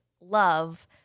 love